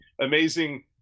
amazing